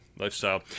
lifestyle